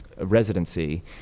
residency